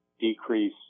decrease